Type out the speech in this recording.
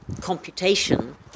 computation